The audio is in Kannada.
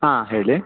ಹಾಂ ಹೇಳಿ